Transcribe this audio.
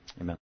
Amen